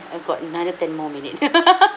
ah got another ten more minutes